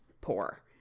poor